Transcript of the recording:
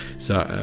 so,